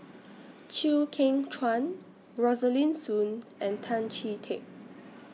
Chew Kheng Chuan Rosaline Soon and Tan Chee Teck